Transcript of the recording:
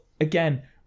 again